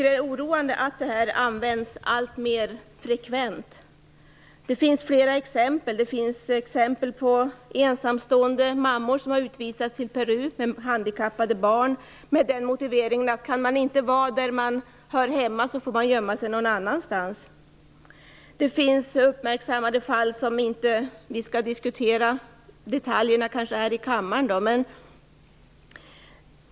Det är oroande att detta används alltmer frekvent. Det finns flera exempel, t.ex. en ensamstående mamma som har utvisats till Peru med handikappade barn med motiveringen att om man inte kan vara där man hör hemma så får man gömma sig någon annanstans. Det finns uppmärksammade fall, men vi skall kanske inte diskutera detaljerna här i kammaren.